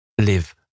Live